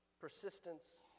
persistence